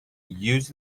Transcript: used